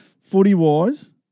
Footy-wise